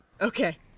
Okay